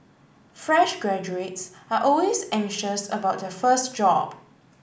fresh graduates are always anxious about their first job